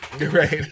right